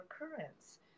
recurrence